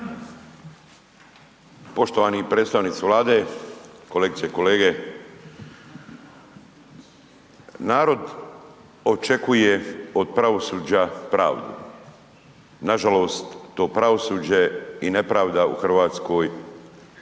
Poštovani predstavnici Vlade, kolegice i kolege, narod očekuje od pravosuđa pravdu. Nažalost to pravosuđe i nepravda u Hrvatskoj